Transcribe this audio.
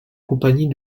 compagnie